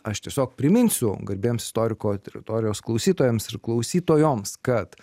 aš tiesiog priminsiu garbiems istoriko teritorijos klausytojams ir klausytojoms kad